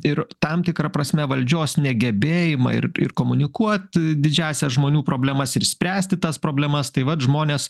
ir tam tikra prasme valdžios negebėjimą ir komunikuot didžiąsias žmonių problemas ir spręsti tas problemas tai vat žmonės